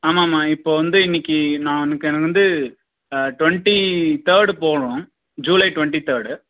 ஆமாம்மா இப்போ வந்து இன்னிக்கு நான் எனக்கு வந்து ட்வெண்ட்டி தேர்டு போகணும் ஜூலை ட்வெண்ட்டி தேர்டு